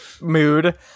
Mood